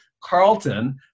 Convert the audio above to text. Carlton